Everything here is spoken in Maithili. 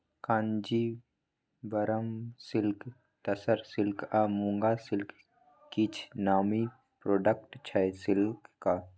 कांजीबरम सिल्क, तसर सिल्क आ मुँगा सिल्क किछ नामी प्रोडक्ट छै सिल्कक